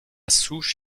souche